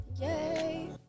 Yay